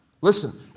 Listen